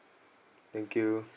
thank you